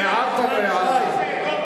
הערת את הערתך.